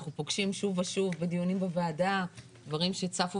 אנחנו פוגשים שוב ושוב בדיונים בוועדה דברים שצפו